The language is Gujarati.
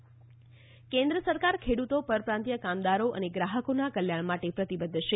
ગોયલ ગ્રાહક કેન્દ્ર સરકાર ખેડૂતો પરપ્રાંતિય કામદારો અને ગ્રાહકોના કલ્યાણ માટે પ્રતિબધ્ધ છે